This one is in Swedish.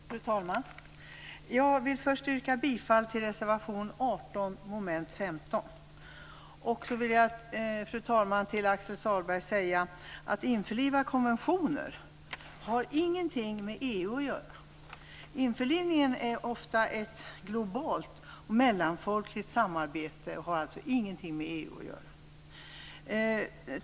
Fru talman! Jag vill först yrka bifall till reservation Fru talman! Till Pär-Axel Sahlberg vill jag säga att införlivandet av konventioner inte har någonting med EU att göra. Införlivningen är ofta ett globalt och mellanfolkligt samarbete, och den har alltså ingenting med EU att göra.